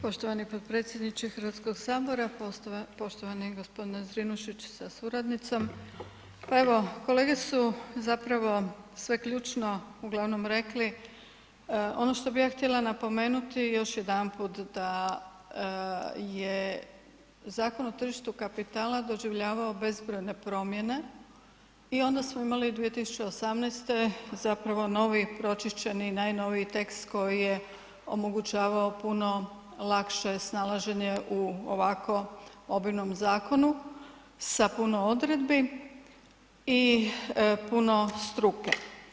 Poštovani potpredsjedniče Hrvatskog sabora, poštovani gospodine Zrinušić sa suradnicom, pa evo kolege su zapravo sve ključno uglavnom rekli, ono što bi ja htjela napomenuti još jedanput da je Zakon o tržištu kapitala doživljavao bezbrojne promjene i onda smo imali 2018. zapravo novi pročišćeni i najnoviji tekst koji omogućavao puno lakše snalaženje u ovako obilnom zakonu sa puno odredbi i puno struke.